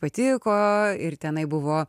patiko ir tenai buvo